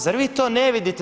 Zar vi to ne vidite?